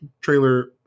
trailer